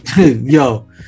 Yo